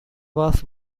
was